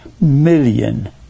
million